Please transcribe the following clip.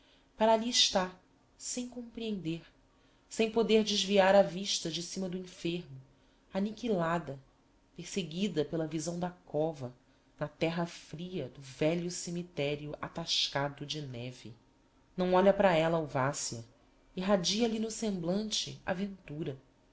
para ali está sem comprehender sem poder desviar a vista de cima do enfermo aniquilada perseguida pela visão da cova na terra fria do velho cemiterio atascado de neve não olha para ella o vassia irradia lhe no semblante a ventura